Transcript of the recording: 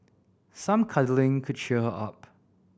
some cuddling could cheer her up